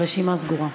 הרשימה סגורה.